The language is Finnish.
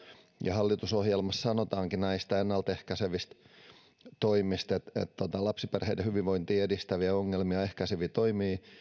ja hallitusohjelmassa sanotaankin näistä ennaltaehkäisevistä toimista että lapsiperheiden hyvinvointia edistäviä ja ongelmia ehkäiseviä toimia